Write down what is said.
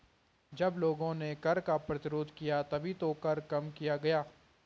जब लोगों ने कर का प्रतिरोध किया तभी तो कर कम किया गया